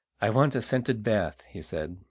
i want a scented bath, he said,